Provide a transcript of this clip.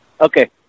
okay